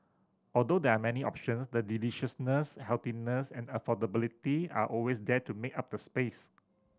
although there are many option the deliciousness healthiness and affordability are always there to make up the space